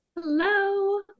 Hello